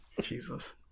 Jesus